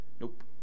Nope